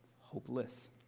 hopeless